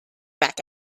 back